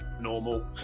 normal